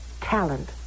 talent